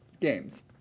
games